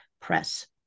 Press